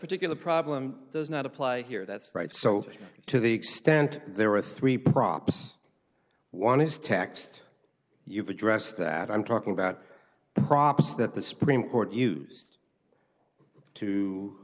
particular problem does not apply here that's right so to the extent there are three props one is text you've addressed that i'm talking about the crops that the supreme court used to